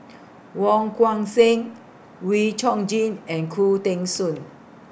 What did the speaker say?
Wong Seng Wee Chong Jin and Khoo Teng Soon